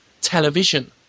television